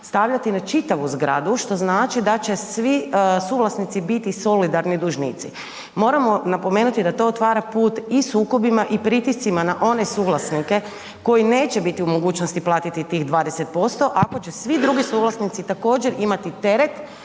stavljati na čitavu zgradu, što znači da će vi suvlasnici biti solidarni dužnici. Moramo napomenuti da to otvara put i sukobima i pritiscima na one suvlasnike koji neće biti u mogućnosti platiti tih 20%, ako će svi drugi suvlasnici također, imati teret